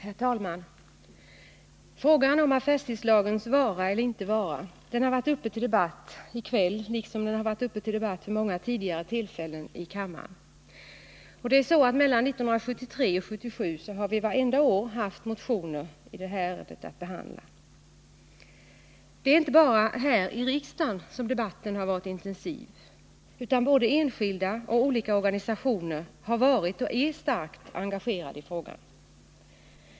Herr talman! Frågan om affärstidslagens vara eller inte vara är föremål för debatt i kväll liksom den varit vid många tidigare tillfällen i kammaren. Mellan 1973 och 1977 har vi varje år haft motioner i det här ärendet att behandla. Det är inte bara här i riksdagen som debatten har varit intensiv, utan både enskilda och olika organisationer har varit och är starkt engagerade i frågan.